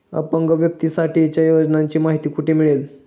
अपंग व्यक्तीसाठीच्या योजनांची माहिती कुठे मिळेल?